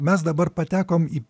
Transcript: mes dabar patekom į